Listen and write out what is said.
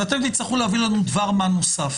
אתם תצטרכו להביא לנו דבר מה נוסף.